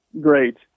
Great